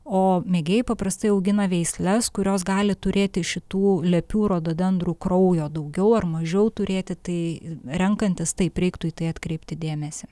o mėgėjai paprastai augina veisles kurios gali turėti šitų lepių rododendrų kraujo daugiau ar mažiau turėti tai renkantis taip reiktų į tai atkreipti dėmesį